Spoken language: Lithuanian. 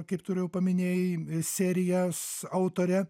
kaip tu ir jau paminėjai serijos autorė